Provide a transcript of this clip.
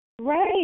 Right